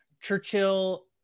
Churchill